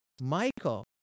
Michael